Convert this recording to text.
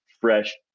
fresh